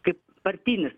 kaip partinis